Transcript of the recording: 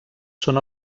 són